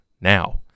now